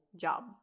job